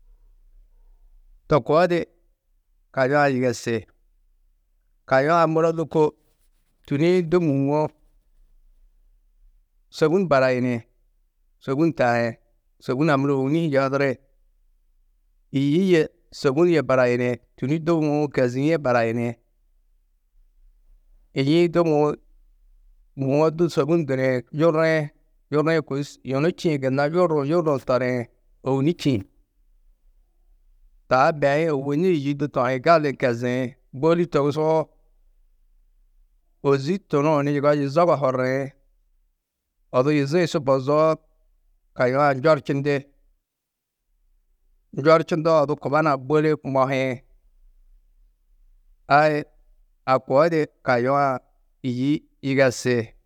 To koo di kayũa yigesi. Kayũa muro lôko tûni-ĩ du mûwo, sôbun barayini. Sôbun taĩ, sôbun-ã muro ôbuni-ĩ hi yoduri, yî yê sôbun yê barayini, tûni- i du mûũ kezîe barayini. Yî-ĩ du mûwo du sôbun duniĩ yurriĩ, yurriĩ kôi yunu čîĩ gunnna yurruũ, yurruũ toriĩ ôbuni čîĩ. Taa beĩ ôwoni yî du toĩ gali keziĩ. Bôli togusoo ôzi tunuũ ni yiga yuzogo horiĩ, odu yuzi-ĩ su bozoo, kayua-ã njorčindi. Njorčindoo odu kuba nuã bôle mohiĩ, ai a koo di kayua-ã yî yigesi.